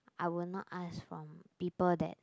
I will not ask from people that